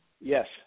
Yes